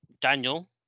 Daniel